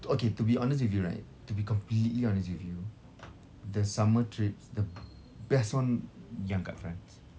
okay to be honest with you right to be completely honest with you the summer trips the best one yang kat france